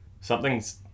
something's